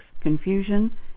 confusion